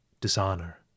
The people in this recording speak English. dishonor